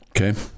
Okay